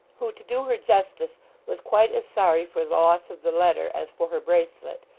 who to do her justice was quite as sorry for the loss of the letter as for her bracelet,